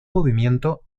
movimiento